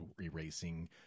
erasing